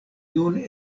nun